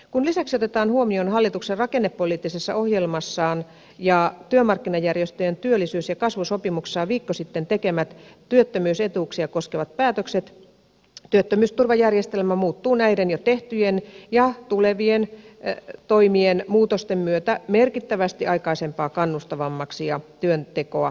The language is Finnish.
kun lisäksi otetaan huomioon hallituksen rakennepoliittisessa ohjelmassaan ja työmarkkinajärjestöjen työllisyys ja kasvusopimuksessaan viikko sitten tekemät työttömyysetuuksia koskevat päätökset työttömyysturvajärjestelmä muuttuu näiden jo tehtyjen ja tulevien toimien muutosten myötä merkittävästi aikaisempaa kannustavammaksi ja työntekoa suosivammaksi